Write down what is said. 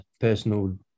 personal